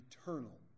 eternal